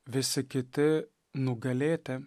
visi kiti nugalėti